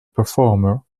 performer